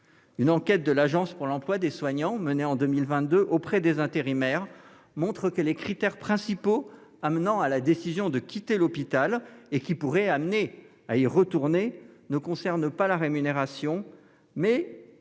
Une enquête de l'agence pour l'emploi des soignants menée en 2022 auprès des intérimaires montre que les critères principaux amenant à la décision de quitter l'hôpital et qui pourraient amener à y retourner concernent non pas la rémunération, mais